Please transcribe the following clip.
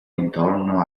intorno